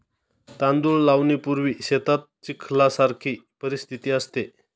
तांदूळ लावणीपूर्वी शेतात चिखलासारखी परिस्थिती असते